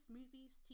movies